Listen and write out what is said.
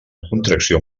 contracció